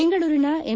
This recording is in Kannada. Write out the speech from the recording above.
ಬೆಂಗಳೂರಿನ ಎಂ